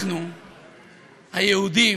אנחנו היהודים,